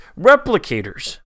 replicators